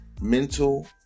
mental